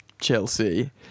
Chelsea